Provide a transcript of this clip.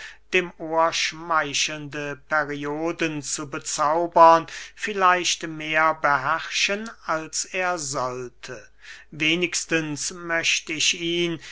dem ohr schmeichelnde perioden zu bezaubern vielleicht mehr beherrschen als er sollte wenigstens möcht ich ihn